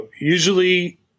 usually